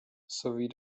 sowie